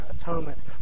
atonement